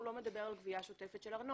הוא לא מדבר על גבייה שוטפת של ארנונה.